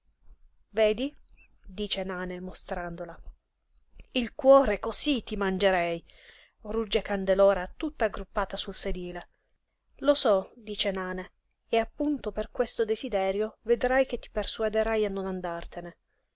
vedi dice nane mostrandola il cuore cosí ti mangerei rugge candelora tutta aggruppata sul sedile lo so dice nane e appunto per questo desiderio vedrai che ti persuaderai a non andartene